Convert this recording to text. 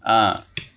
啊